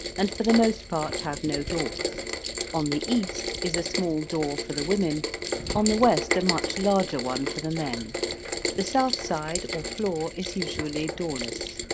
and for the most part have no doors on the east is a small door for the women on the west a much larger one for the men the south side or floor is usually doorless.